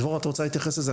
דבורה, את רוצה להתייחס לזה?